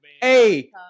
hey